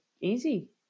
easy